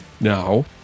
Now